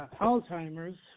Alzheimer's